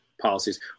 policies